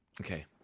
Okay